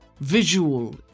Visual